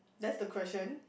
that's the question